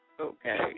Okay